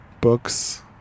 books